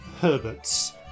Herbert's